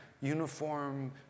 uniform